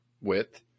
width